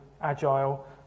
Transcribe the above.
agile